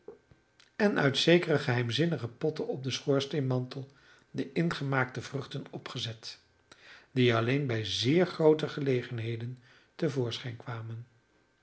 en uit zekere geheimzinnige potten op den schoorsteenmantel de ingemaakte vruchten opgezet die alleen bij zeer groote gelegenheden te voorschijn kwamen